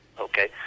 okay